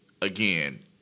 again